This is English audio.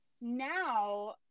now